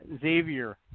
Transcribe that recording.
Xavier